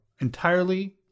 entirely